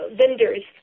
vendors